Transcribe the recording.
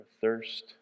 thirst